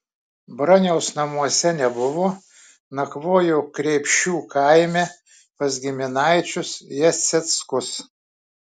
broniaus namuose nebuvo nakvojo kreipšių kaime pas giminaičius jaseckus